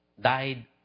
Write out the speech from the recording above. died